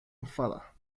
enfada